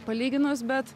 palyginus bet